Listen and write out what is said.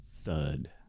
Thud